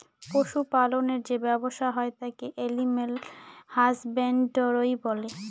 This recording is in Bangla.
পশু পালনের যে ব্যবসা হয় তাকে এলিম্যাল হাসব্যানডরই বলে